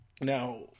now